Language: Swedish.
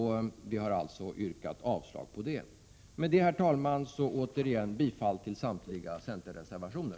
Vi har alltså yrkat avslag på det. Med detta, herr talman, yrkar jag bifall till samtliga centerreservationer.